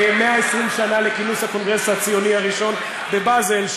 120 שנה לכינוס הקונגרס הציוני הראשון בבזל,